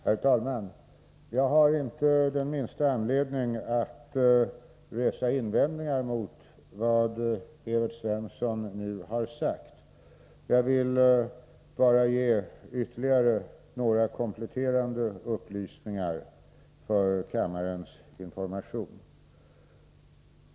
Herr talman! Jag har inte den minsta anledning att resa invändningar mot vad Evert Svensson nu har sagt. Jag vill bara lämna några kompletterande upplysningar för kammarens information.